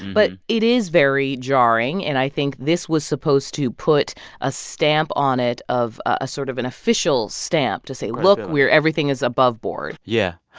but it is very jarring. and i think this was supposed to put a stamp on it of ah sort of an official stamp to say, look, we are everything is aboveboard yeah.